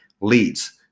leads